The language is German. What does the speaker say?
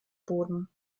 boden